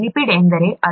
lipid ಎಂದರೆ ಅದು